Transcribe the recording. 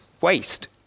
waste